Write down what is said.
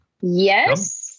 Yes